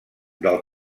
del